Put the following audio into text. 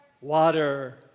Water